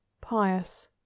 pious